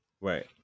right